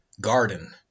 Garden